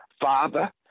Father